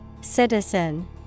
Citizen